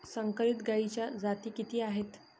संकरित गायीच्या जाती किती आहेत?